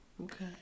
Okay